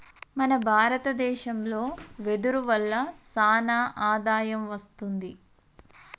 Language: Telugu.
మన భారత దేశంలో వెదురు వల్ల సానా ఆదాయం వస్తుంది